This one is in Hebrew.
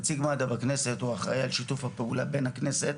נציג מד"א בכנסת הוא אחראי על שיתוף הפעולה בין הכנסת,